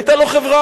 היתה לו חברה.